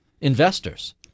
investors